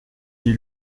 ils